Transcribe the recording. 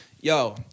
Yo